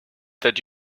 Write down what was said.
that